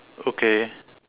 okay